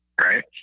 right